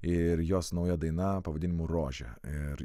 ir jos nauja daina pavadinimu rožė ir